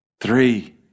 three